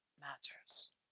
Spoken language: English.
matters